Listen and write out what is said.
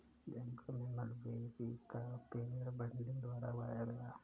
जंगल में मलबेरी का पेड़ बडिंग द्वारा उगाया गया है